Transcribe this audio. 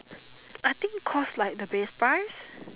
I think cause like the base price